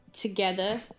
together